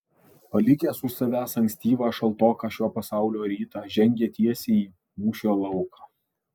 palikęs už savęs ankstyvą šaltoką šio pasaulio rytą žengė tiesiai į mūšio lauką